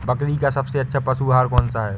बकरी का सबसे अच्छा पशु आहार कौन सा है?